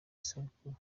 sabukuru